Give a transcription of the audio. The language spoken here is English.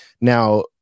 Now